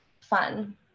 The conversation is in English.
fun